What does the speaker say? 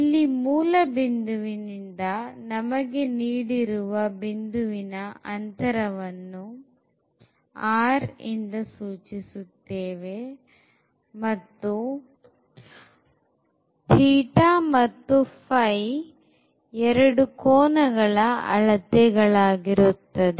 ಇಲ್ಲಿ ಮೂಲ ಬಿಂದುವಿನಿಂದ ನಮಗೆ ನೀಡಿರುವ ಬಿಂದುವಿನ ಅಂತರವನ್ನು r ಇಂದ ಸೂಚಿಸುತ್ತೇವೆ ಮತ್ತು θಮತ್ತು ϕ ಎರೆಡು ಕೋನಗಳ ಅಳತೆಗಳಾಗಿರುತ್ತದೆ